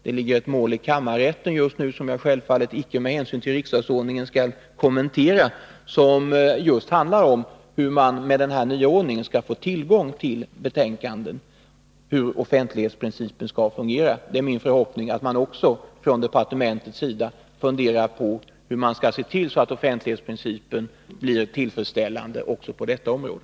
Det ligger nu ett mål i kammarätten, som jag med hänsyn till riksdagsordningen självfallet icke här skall kommentera, som just handlar om hur man med denna nya ordning skall få tillgång till betänkanden, dvs. hur offentlighetsprincipen skall fungera. Det är min förhoppning att man också från departementets sida funderar på hur man skall se till att offentlighetsprincipen tillämpas på ett tillfredsställande sätt också på detta område.